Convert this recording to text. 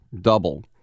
double